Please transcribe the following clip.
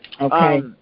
Okay